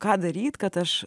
ką daryt kad aš